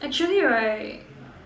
actually right